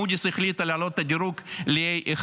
ומודי'ס החליטה להעלות את הדירוג ל-A1.